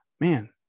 man